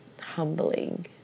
humbling